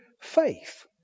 faith